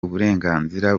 uburenganzira